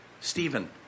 Stephen